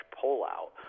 pullout